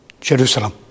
Jerusalem